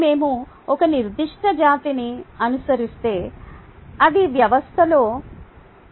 మరియు మేము ఒక నిర్దిష్ట జాతిని అనుసరిస్తే అది వ్యవస్థలో rin